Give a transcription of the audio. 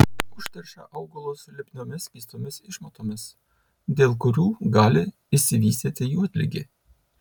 užteršia augalus lipniomis skystomis išmatomis dėl kurių gali išsivystyti juodligė